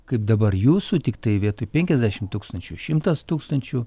kaip dabar jūsų tiktai vietoj penkiasdešim tūkstančių šimtas tūkstančių